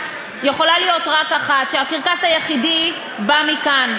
יכולה להיות רק אחת: שהקרקס היחידי בא מכאן.